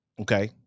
Okay